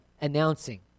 announcing